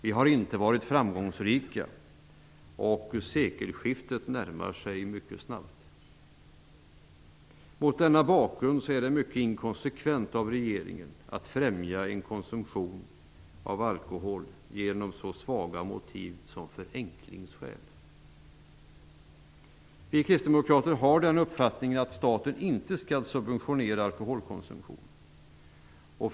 Vi har inte varit framgångsrika, och sekelskiftet närmar sig mycket snabbt. Mot denna bakgrund är det mycket inkonsekvent av regeringen att främja konsumtion av alkohol med så svaga motiv som förenklingsskäl. Vi kristdemokrater har den uppfattningen att staten inte skall subventionera alkoholkonsumtion.